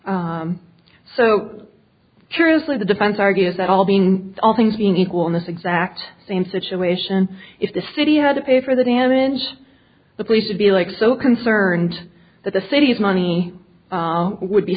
so curiously the defense argues that all being all things being equal in this exact same situation if the city had to pay for the damage the police would be like so concerned that the city's money would be